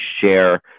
share